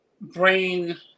brain